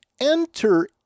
enter